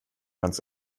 ganz